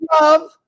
love